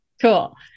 Cool